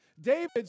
David